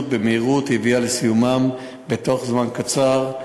ובמהירות והביאה לסיומם בתוך זמן קצר.